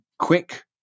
quick